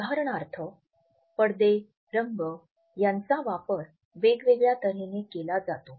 उदाहरणार्थ पडदे रंग यांचा वापर वेगवेगळ्या तऱ्हेने केला जातो